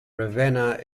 ravenna